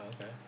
okay